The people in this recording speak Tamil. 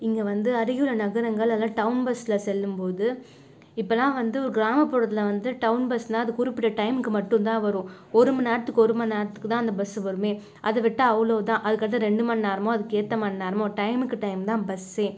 இங்கே வந்து அருகிலுள்ள நகரங்கள் அல்லது டவுன் பஸ்ஸில் செல்லும் போது இப்பெல்லாம் வந்து கிராமப்புறத்தில் வந்து டவுன் பஸ்னால் அது குறிப்பிட்ட டைமுக்கு மட்டும் தான் வரும் ஒரு மணி நேரத்துக்கு ஒரு மணி நேரத்துக்கு தான் அந்த பஸ் வரும் அதை விட்டால் அவ்வளவு தான் அதுக்கடுத்து ரெண்டு மணி நேரமோ அதுக்கேற்ற மணி நேரமோ டைமுக்கு டைம் தான் பஸ்